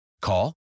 Call